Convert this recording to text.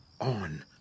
on